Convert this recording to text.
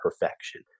perfection